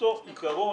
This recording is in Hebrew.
אותו עיקרון,